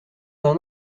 d’un